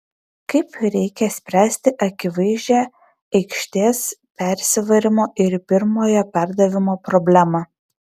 kaip reikia spręsti akivaizdžią aikštės persivarymo ir pirmojo perdavimo problemą